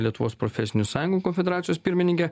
lietuvos profesinių sąjungų konfederacijos pirmininkė